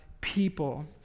people